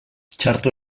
txarto